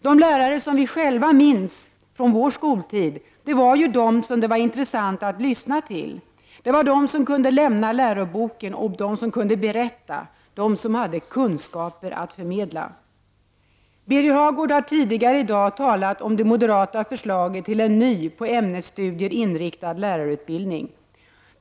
De lärare som vi själva minns från vår skoltid var de som var intressanta att lyssna till, de som kunde lämna läroboken och berätta, de som hade kunskaper att förmedla. Birger Hagård har tidigare i dag talat om det moderata förslaget till en ny, på ämnesstudier inriktad, lärarutbildning.